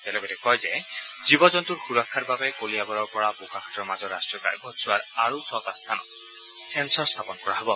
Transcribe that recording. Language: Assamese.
তেওঁ লগতে কয় যে জীৱ জন্তুৰ সূৰক্ষাৰ বাবে কলিয়াবৰৰ পৰা বোকাখাটৰ মাজৰ ৰাষ্ট্ৰীয় ঘাইপথছোৱাৰ আৰু ছটা স্থানত চেঞ্চৰ স্থাপন কৰা হব